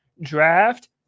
draft